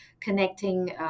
connecting